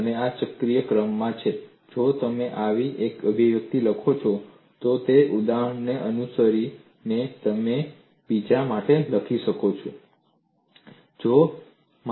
અને આ ચક્રીય ક્રમમાં છે જો તમે આવા એક અભિવ્યક્તિ લખો છો તો તે ઉદાહરણને અનુસરીને તમે બીજા માટે લખી શકો છો